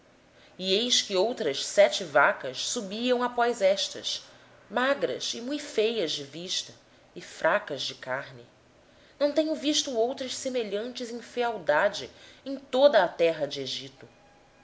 e eis que outras sete vacas subiam após estas muito feias à vista e magras de carne não tenho visto outras taus quanto à fealdade em toda a terra do egito